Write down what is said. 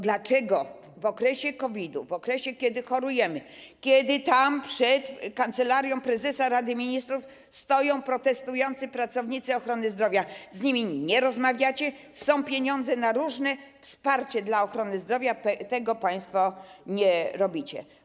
Dlaczego w okresie COVID-u, w okresie, kiedy chorujemy, kiedy tam, przed Kancelarią Prezesa Rady Ministrów stoją protestujący pracownicy ochrony zdrowia, z nimi nie rozmawiacie, kiedy są pieniądze na różne wsparcie dla ochrony zdrowia, tego państwo nie robicie?